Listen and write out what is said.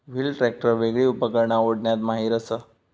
wheel tractor वेगली उपकरणा ओढण्यात माहिर असता